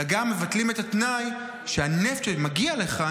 אלא גם מבטלים את התנאי שהנפט שמגיע לכאן